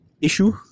issue